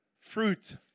fruit